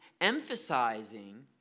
emphasizing